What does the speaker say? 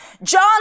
John